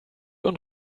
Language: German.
und